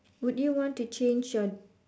would you want to change your